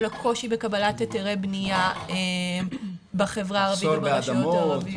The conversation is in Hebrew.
הקושי בקבלת היתרי בנייה בחברה הערבית וברשויות ערביות,